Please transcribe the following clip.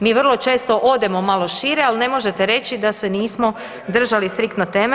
Mi vrlo često odemo malo šire, ali ne možete reći da se nismo držali striktno teme.